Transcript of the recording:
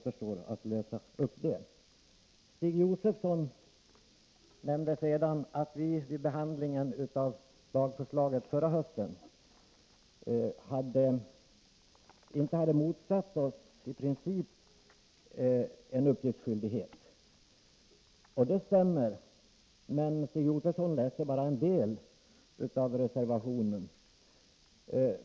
Nr 20 Stig Josefson nämnde att vi vid behandlingen av lagförslaget förra hösten SALE 5 N i Onsdagen den inte i princip hade motsatt oss en uppgiftsskyldighet. Det stämmer, men Stig ÖnöveniBer 1983 Josefson läste bara en del av reservationen.